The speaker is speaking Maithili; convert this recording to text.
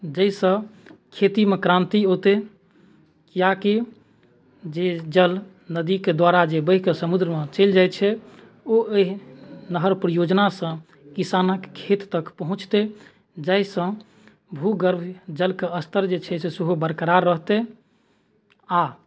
जाहिसँ खेतीमे क्रान्ति अएतै कियाकि जे जल नदीके द्वारा जे बहिके समुद्रमे चलि जाइ छै ओ एहि नहर परियोजनासँ किसानके खेत तक पहुँचतै जाहिसँ भूगर्भ जलके स्तर जे छै से सेहो बरकरार रहतै आओर